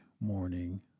morning